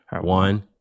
One